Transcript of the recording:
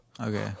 Okay